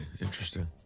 Interesting